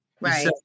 right